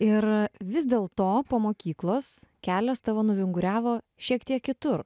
ir vis dėlto po mokyklos kelias tavo nuvinguriavo šiek tiek kitur